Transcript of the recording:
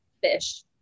fish